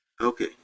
Okay